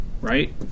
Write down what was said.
Right